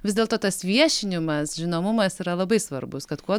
vis dėlto tas viešinimas žinomumas yra labai svarbus kad kuo